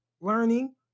learning